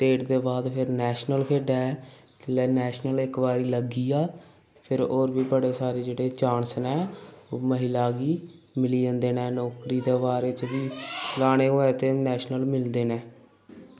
state दे बाद फिर नैशनल खेढै जिसलै नैशनल इक बारी लग्गी गेआ फिर होर बी बड़े सारे जेह्ड़े चांस न ओह् महिला गी मिली जंदे न नौकरी दे बारे च बी लाने होऐ ते नैशनल मिलदे न